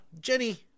Jenny